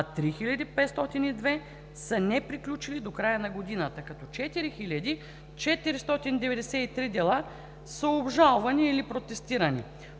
а 3502 са неприключили до края на годината, като 4493 дела са обжалвани или протестирани.